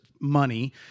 money